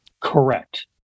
Correct